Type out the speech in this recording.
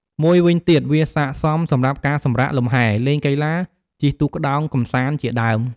មួយវិញទៀត វាស័ក្តិសមសម្រាប់ការសម្រាកលំហែ លេងកីឡា ជិះទូកក្តោងកម្សាន្តជាដើម។